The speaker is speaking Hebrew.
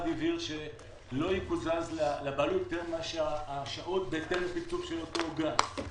הבהיר שלא יקוזז לבעלות ותר מהשעות בהתאם לתקצוב של אותו גן.